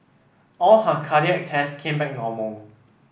all her cardiac tests came back normal